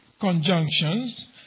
conjunctions